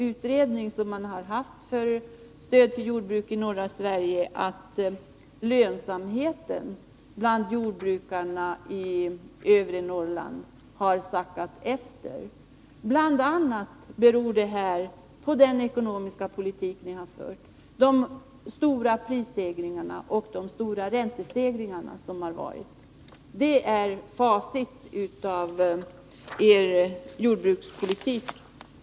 Utredningen om stöd till jordbruket i norra Sverige har konstaterat att lönsamheten bland jordbrukarna i övre Norrland har sackat efter. Det beror bl.a. på den ekonomiska politik som ni har fört, på de stora prisstegringarna och på de kraftiga räntehöjningarna. Detta är facit av er jordbrukspolitik.